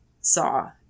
saw